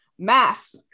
math